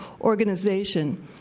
organization